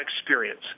experience